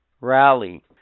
rally